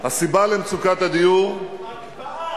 הסיבה למצוקת הדיור, ההקפאה.